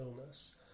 illness